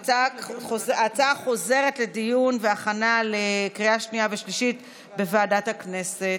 ההצעה חוזרת לדיון ולהכנה לקריאה שנייה ושלישית בוועדת הכנסת.